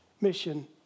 mission